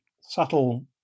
subtle